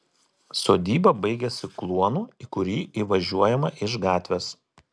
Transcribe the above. sodyba baigiasi kluonu į kurį įvažiuojama iš gatvės